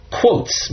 quotes